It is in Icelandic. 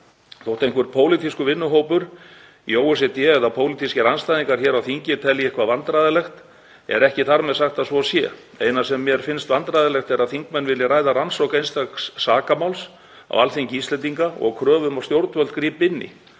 Þótt einhver pólitískur vinnuhópur í OECD eða pólitískir andstæðingar hér á þingi telji eitthvað vandræðalegt er ekki þar með sagt að svo sé. Eina sem mér finnst vandræðalegt er þegar þingmenn vilja ræða rannsókn einstaks sakamáls á Alþingi Íslendinga og kröfu um að stjórnvöld grípi inn